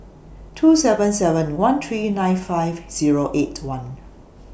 two seven seven one three nine five Zero eight one